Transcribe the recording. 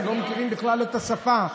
הם לא מכירים בכלל את השפה.